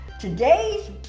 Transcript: Today's